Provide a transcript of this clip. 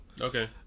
okay